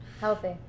Healthy